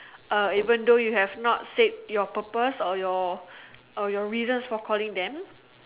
uh even though you have not state your purpose or your reasons for calling them